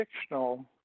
fictional